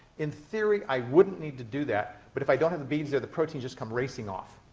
in theory, i wouldn't need to do that. but if i don't have the beads there, the proteins just come racing off.